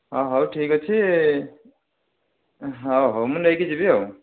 ହଁ ହଉ ଠିକ୍ ଅଛି ହଉ ହଉ ମୁଁ ନେଇକି ଯିବି ଆଉ